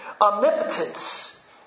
omnipotence